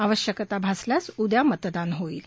आवश्यकता असल्यास उद्या मतदान होईल